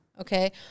Okay